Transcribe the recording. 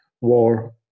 war